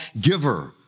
giver